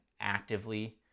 actively